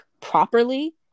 properly